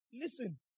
listen